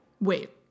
Wait